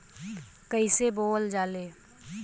कईसे बोवल जाले?